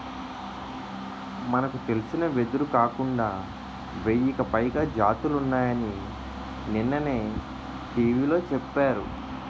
మనకు తెలిసిన వెదురే కాకుండా వెయ్యికి పైగా జాతులున్నాయని నిన్ననే టీ.వి లో చెప్పారు